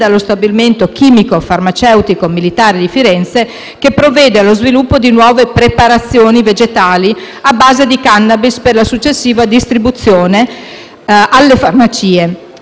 dallo Stabilimento chimico farmaceutico militare di Firenze, che provvede allo sviluppo di nuove preparazioni vegetali, a base di *cannabis*, per la successiva distribuzione alle farmacie,